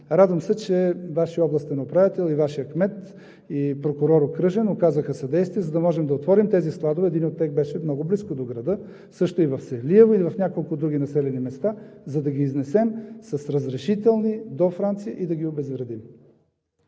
Радвам се, че Вашият областен управител и Вашият кмет, и окръжен прокурор оказаха съдействие, за да можем да отворим тези складове. Един от тях беше много близко до града, същото и в Севлиево, и в някои други населени места, за да ги изнесем с разрешителни до Франция и да ги обезвредим.